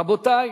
רבותי,